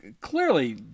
Clearly